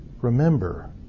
remember